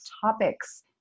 topics